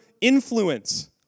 influence